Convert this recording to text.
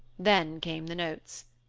then came the notes.